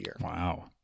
Wow